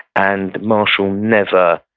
and marshall never,